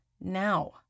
now